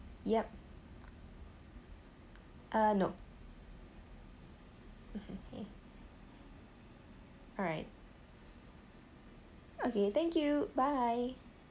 yup uh nope alright okay thank you bye